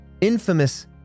infamous